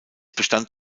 bestand